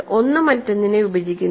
ഒന്ന് മറ്റൊന്നിനെ വിഭജിക്കുന്നില്ല